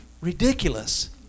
ridiculous